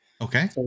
Okay